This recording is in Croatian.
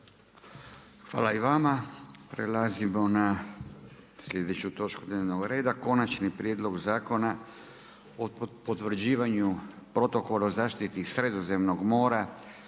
(Nezavisni)** Prelazimo na sljedeću točku dnevnog reda - Konačni prijedlog zakona o potvrđivanju Protokola o zaštiti Sredozemnog mora